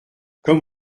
comme